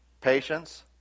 patience